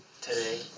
today